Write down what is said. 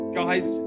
guys